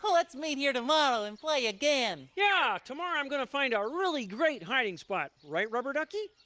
let's meet here tomorrow and play again. yeah, tomorrow i'm gonna find a really great hiding spot. right, rubber ducky?